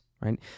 Right